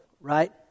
Right